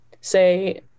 say